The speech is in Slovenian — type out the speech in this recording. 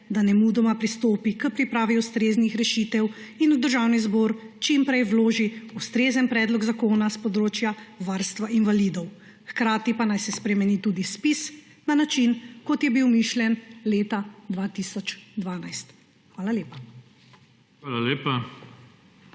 da nemudoma pristopi k pripravi ustreznih rešitev in v Državni zbor čim prej vloži ustrezen predlog zakona s področja varstva invalidov, hkrati pa naj se spremeni tudi ZPIZna način, kot je bil mišljen leta 2012. Hvala lepa.